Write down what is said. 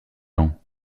ans